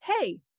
hey